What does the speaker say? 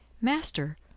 Master